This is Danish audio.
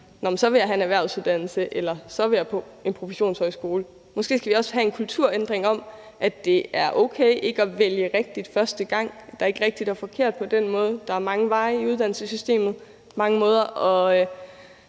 de så vil have en erhvervsuddannelse, eller at de så vil på en professionshøjskole. Måske skal vi også have en kulturændring, der handler om, at det er okay ikke at vælge rigtigt første gang. Der er ikke på den måde noget rigtigt og forkert. Der er mange veje i uddannelsessystemet og mange måder